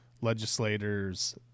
legislators